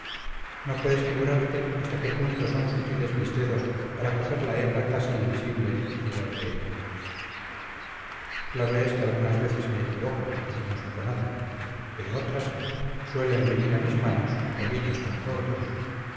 no puedes figurarte hasta qué punto son sutiles mis dedos para coger la hebra casi invisible y tirar de ella claro es que algunas veces me equivoco y no saco nada pero otras suelen venir a mis manos ovillos tan gordos